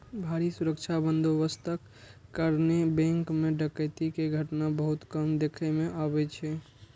भारी सुरक्षा बंदोबस्तक कारणें बैंक मे डकैती के घटना बहुत कम देखै मे अबै छै